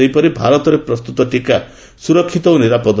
ସେହିପରି ଭାରତରେ ପ୍ରସ୍ତତ ଟିକା ସୁରକ୍ଷିତ ଓ ନିରାପଦ